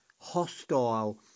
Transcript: hostile